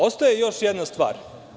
Ostaje još jedna stvar.